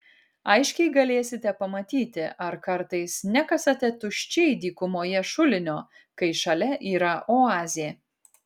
aiškiai galėsite pamatyti ar kartais nekasate tuščiai dykumoje šulinio kai šalia yra oazė